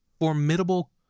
formidable